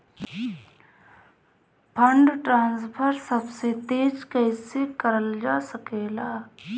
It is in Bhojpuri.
फंडट्रांसफर सबसे तेज कइसे करल जा सकेला?